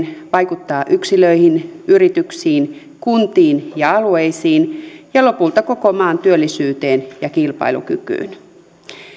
vaikuttaa yksilöihin yrityksiin kuntiin ja alueisiin ja lopulta koko maan työllisyyteen ja kilpailukykyyn